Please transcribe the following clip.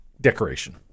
decoration